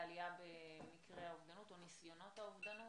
במקרי האובדנות או ניסיונות האובדנות.